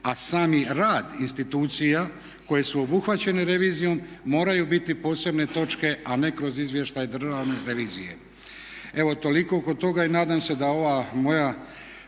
a sami rad institucija koje su obuhvaćene revizijom moraju biti posebne točke a ne kroz izvještaj Državne revizije. Evo toliko oko toga i nadam se da ova moja